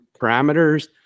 parameters